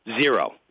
Zero